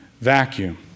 vacuum